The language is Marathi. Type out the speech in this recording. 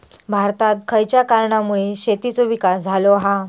भारतात खयच्या कारणांमुळे शेतीचो विकास झालो हा?